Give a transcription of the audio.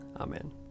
Amen